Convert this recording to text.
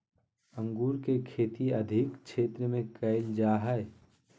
अंगूर के खेती अधिक क्षेत्र में कइल जा हइ